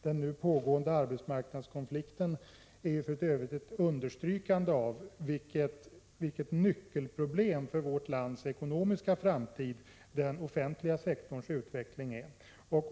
Den nu pågående arbetsmarknadskonflikten understryker för övrigt vilket nyckelproblem för vårt lands ekonomiska framtid som den offentliga sektorns utveckling är.